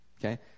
Okay